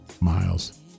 miles